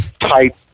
type